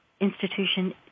institution